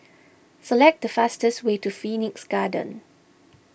select the fastest way to Phoenix Garden